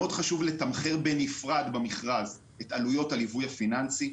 מאוד חשוב לתמחר בנפרד במכרז את עלויות הליווי הפיננסי.